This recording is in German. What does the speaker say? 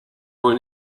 wohl